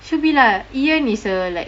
should be lah ian is a like